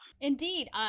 Indeed